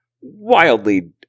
wildly